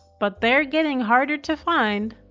but they're getting harder to find.